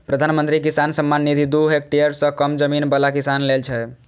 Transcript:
प्रधानमंत्री किसान सम्मान निधि दू हेक्टेयर सं कम जमीन बला किसान लेल छै